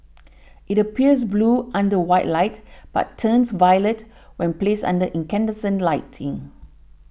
it appears blue under white light but turns violet when placed under incandescent lighting